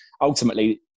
ultimately